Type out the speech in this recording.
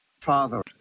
Father